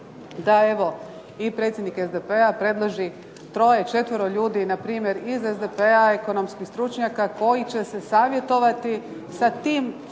da evo i predsjednik SDP-a predloži troje, četvero ljudi npr. iz SDP-a, ekonomskih stručnjaka koji će se savjetovati sa tim